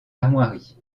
armoiries